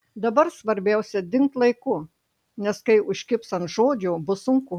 dabar svarbiausia dingt laiku nes kai užkibs ant žodžio bus sunku